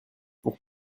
pour